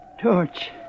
Torch